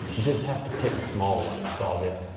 you just have to pick a smaller one and solve yeah it.